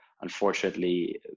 unfortunately